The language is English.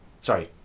Sorry